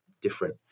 different